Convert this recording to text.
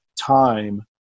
time